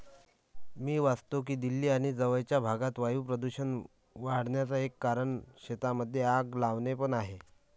मी वाचतो की दिल्ली आणि जवळपासच्या भागात वायू प्रदूषण वाढन्याचा एक कारण शेतांमध्ये आग लावणे पण आहे